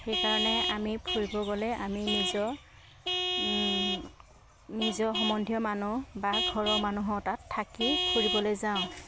সেইকাৰণে আমি ফুৰিব গ'লে আমি নিজৰ নিজৰ সম্বন্ধীয় মানুহ বা ঘৰৰ মানুহৰ তাত থাকি ফুৰিবলৈ যাওঁ